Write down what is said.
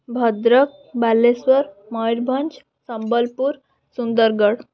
Bhadrak Balasore Mayurbhanj Sambalpur Sundargarh